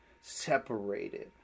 separated